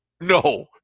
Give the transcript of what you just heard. No